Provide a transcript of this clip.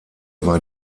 war